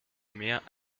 mehr